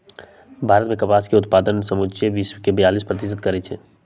भारत मे कपास के उत्पादन समुचे विश्वके बेयालीस प्रतिशत करै छै